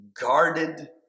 guarded